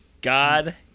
God